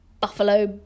buffalo